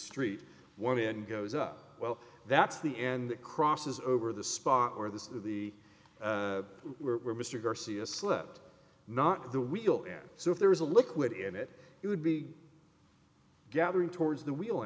street one and goes up well that's the end that crosses over the spot where the the were mr garcia slept not the wheel and so if there was a liquid in it he would be gathering towards the wheel